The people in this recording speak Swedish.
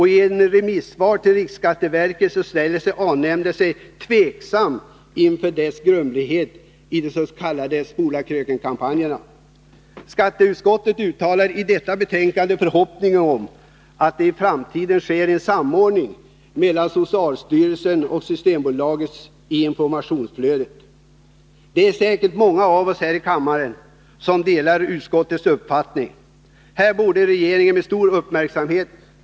I ett remissvar till riksskatteverket ställer A-nämnden sig tveksam till de s.k. Spola krökenkampanjerna på grund av deras grumlighet. Skatteutskottet uttalar i sitt betänkande förhoppningen att det i framtiden skall ske en samordning mellan socialstyrelsen och Systembolaget i informationsflödet. Det är säkert många av oss här i kammaren som delar utskottets uppfattning. Den här frågan borde regeringen följa med stor uppmärksamhet.